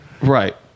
Right